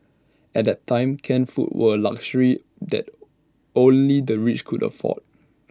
at that time canned foods were A luxury that only the rich could afford